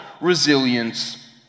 resilience